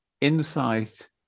insight